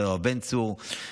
השר בן צור,